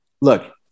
Look